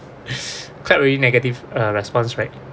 quite really negative response right